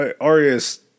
Arius